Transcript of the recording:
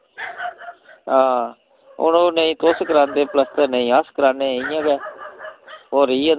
हां हून ओह् नेईं तुस करांदे प्लस्तर नेईं अस करान्ने इ'यां गै ओह् रेही जंदा